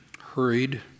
hurried